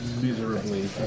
miserably